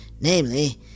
Namely